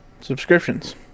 subscriptions